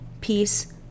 peace